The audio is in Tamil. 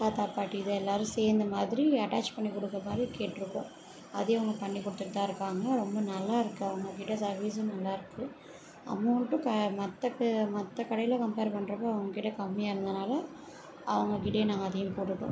தாத்தா பாட்டி இது எல்லாரும் சேர்ந்தமாதிரி அட்டாச் பண்ணி கொடுக்கமாரி கேட்டிருக்கோம் அதையும் ஒன்று பண்ணி கொடுத்துட்டு தான் இருக்காங்கள் ரொம்ப நல்லாயிருக்கு அவங்கக்கிட்ட சர்வீஸ்ஸும் நல்லா இருக்குது அமௌண்டும் க மற்ற மற்ற கடையில் கம்பேர் பண்ணுறப்போ அவங்கக்கிட்ட கம்மியாக இருந்ததனால அவங்கக்கிட்டயே நாங்கள் அதையும் போட்டுட்டோம்